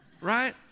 Right